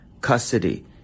custody